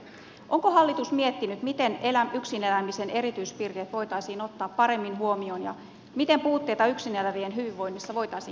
onko hallitus miettinyt miten yksin elämisen erityispiirteet voitaisiin ottaa paremmin huomioon ja miten puutteita yksin elävien hyvinvoinnissa voitaisiin parantaa